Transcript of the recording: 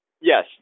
Yes